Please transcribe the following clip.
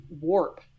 warp